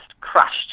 crushed